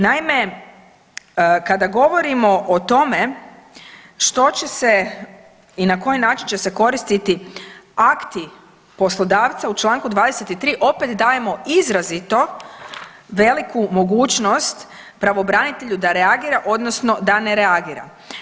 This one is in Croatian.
Naime, kada govorimo o tome što će se i na koji način će se koristiti akti poslodavca u čl. 23. opet dajemo izrazito veliku mogućnost pravobranitelju da reagira odnosno da ne reagira.